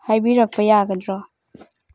ꯍꯥꯏꯕꯤꯔꯛꯄ ꯌꯥꯒꯗ꯭ꯔꯣ